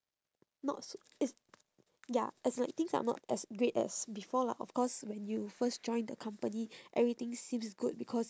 not s~ it's ya as in like things are not as great as before lah of course when you first join the company everything seems good because